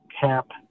cap